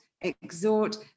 exhort